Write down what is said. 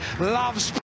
loves